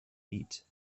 eat